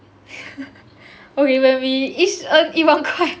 okay when we each earn 一万块 yeah (uh huh) okay okay bye bye